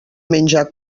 menjar